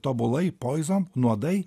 tobulai poizon nuodai